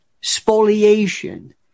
spoliation